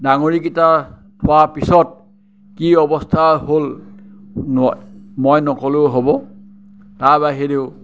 দাঙৰিকেইটা পৰা পাছত কি অৱস্থা হ'ল মই নকলেও হ'ব তাৰ বাহিৰেও